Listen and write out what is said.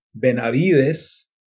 Benavides